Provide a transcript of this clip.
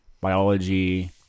biology